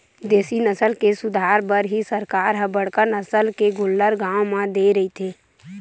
देसी नसल के सुधार बर ही सरकार ह बड़का नसल के गोल्लर गाँव म दे रहिथे